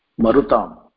Marutam